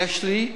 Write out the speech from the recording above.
יש לי,